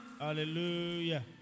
Hallelujah